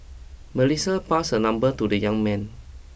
Melissa passed her number to the young man